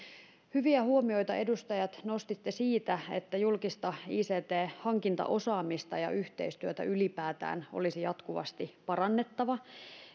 hyviä huomioita edustajat nostitte siitä että julkista ict hankintaosaamista ja yhteistyötä ylipäätään olisi jatkuvasti parannettava